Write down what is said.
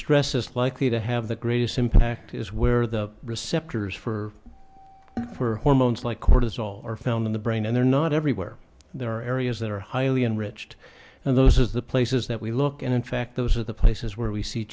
stress is likely to have the greatest impact is where the receptors for for hormones like cortisol are found in the brain and they're not everywhere they're areas that are highly enriched and those is the places that we look and in fact those are the places where we see